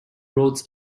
roads